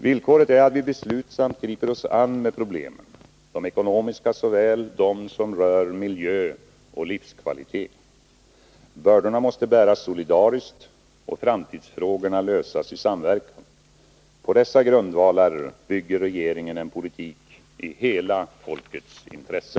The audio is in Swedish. Villkoret är att vi beslutsamt griper oss an med problemen, de ekonomiska såväl som de som rör miljö och livskvalitet. Bördorna måste bäras solidariskt och framtidsfrågorna lösas i samverkan. På dessa grundvalar bygger regeringen en politik i hela folkets intresse.